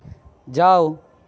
যাও